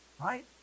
right